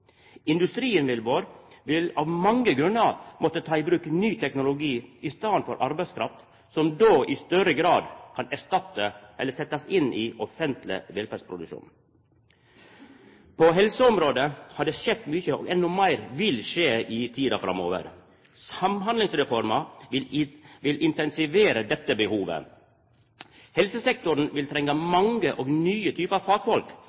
Industrien vår vil av mange grunnar måtte ta i bruk ny teknologi i staden for arbeidskraft, som då i større grad kan erstatta eller setjast inn i offentleg velferdsproduksjon. På helseområdet har det skjett mykje, og endå meir vil skje i tida framover. Samhandlingsreforma vil intensivera dette behovet. Helsesektoren vil trenga mange og nye typar fagfolk.